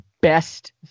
best